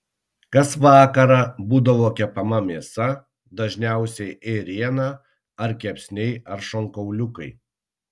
kas vakarą būdavo kepama mėsa dažniausiai ėriena ar kepsniai ar šonkauliukai